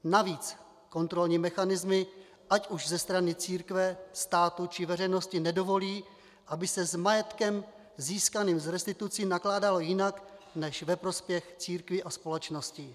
Navíc kontrolní mechanismy ať už ze strany církve, státu či veřejnosti nedovolí, aby se s majetkem získaným z restitucí nakládalo jinak než ve prospěch církví a společnosti.